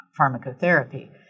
pharmacotherapy